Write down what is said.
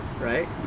right